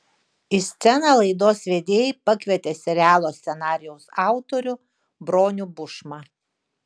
į sceną laidos vedėjai pakvietė serialo scenarijaus autorių bronių bušmą